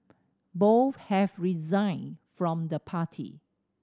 both have resigned from the party